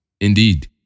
Indeed